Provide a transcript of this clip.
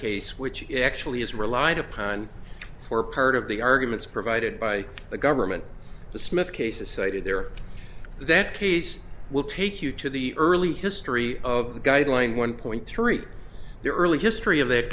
case which it actually is relied upon for part of the arguments provided by the government the smith case is cited there that case will take you to the early history of the guideline one point three the early history of that